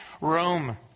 Rome